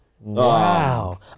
Wow